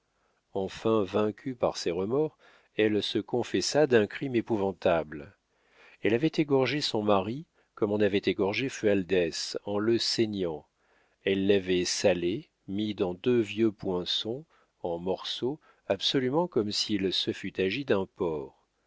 enfin vaincue par ses remords elle se confessa d'un crime épouvantable elle avait égorgé son mari comme on avait égorgé fualdès en le saignant elle l'avait salé mis dans deux vieux poinçons en morceaux absolument comme s'il se fût agi d'un porc